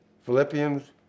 Philippians